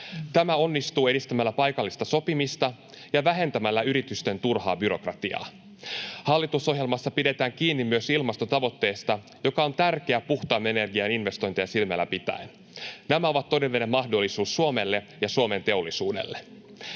Tämä onnistuu edistämällä paikallista sopimista ja vähentämällä yritysten turhaa byrokratiaa. Hallitusohjelmassa pidetään kiinni myös ilmastotavoitteista, mikä on tärkeää puhtaan energian investointeja silmällä pitäen. Nämä ovat todellinen mahdollisuus Suomelle ja Suomen teollisuudelle.